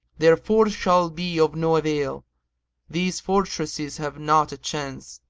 their force shall be of no avail these fortresses have not a chance!